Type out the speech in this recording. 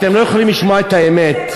אתם לא יכולים לשמוע את האמת,